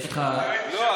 יש לך, לא,